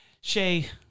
Shay